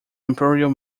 imperial